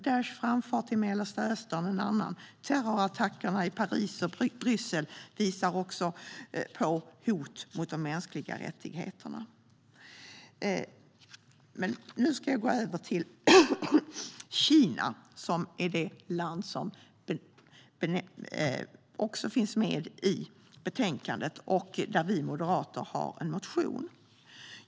Daishs framfart i Mellanöstern är ett annat. Terrorattackerna i Paris och Bryssel visar också på hot mot de mänskliga rättigheterna. Nu ska jag gå över till att tala om Kina, som också finns med i betänkandet, där vi moderater har en motion.